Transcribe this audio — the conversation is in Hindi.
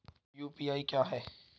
यू.पी.आई क्या है?